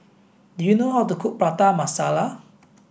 do you know how to cook Prata Masala